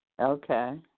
Okay